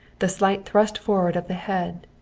the slight thrust forward of the head,